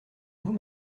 vous